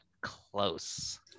close